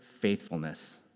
faithfulness